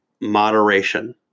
moderation